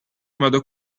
modo